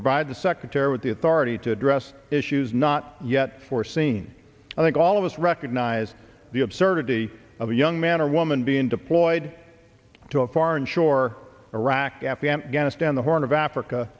provide the secretary with the authority to address issues not yet foreseen i think all of us recognize the absurdity of a young man or woman being deployed to a foreign shore iraq afghan gas down the horn of africa